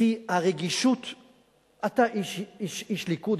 אתה איש ליכוד,